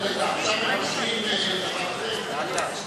עכשיו הם עושים דבר אחר.